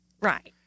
Right